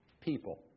people